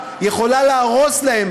אדוני, האם זכותו להוריד אותי מהבמה?